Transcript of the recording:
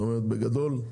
כלומר, בגדול,